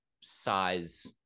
size